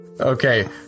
Okay